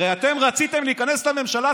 הרי אתם רציתם להיכנס לממשלה,